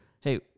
hey